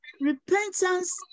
repentance